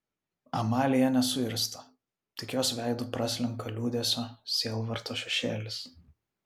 amalija nesuirzta tik jos veidu praslenka liūdesio sielvarto šešėlis